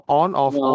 on-off